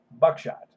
buckshot